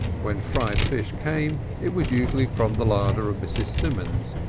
when fried fish came it was usually from the larder of mrs. simons,